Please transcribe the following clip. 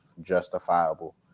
justifiable